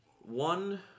one